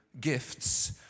gifts